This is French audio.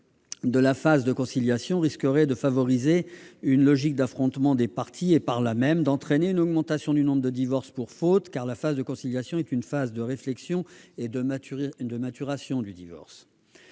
de la phase de conciliation risquerait de favoriser une logique d'affrontement des parties et, par là même, d'entraîner une augmentation du nombre de divorces pour faute, car la phase de conciliation est une phase de réflexion et de maturation du divorce.